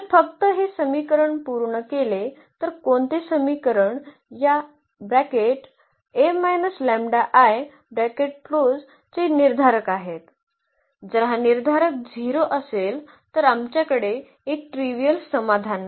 जर फक्त हे समीकरण पूर्ण केले तर कोणते समीकरण या चे निर्धारक आहे जर हा निर्धारक 0 असेल तर आमच्याकडे एक ट्रीवियल समाधान नाही